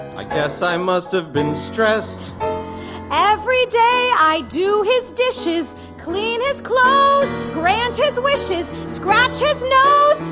i guess i must have been stressed every day i do his dishes clean his clothes grant his wishes scratch his nose